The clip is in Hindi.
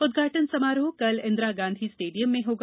उद्घाटन समारोह कल इंदिरा गांधी स्टेडियम में होगा